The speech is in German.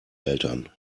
eltern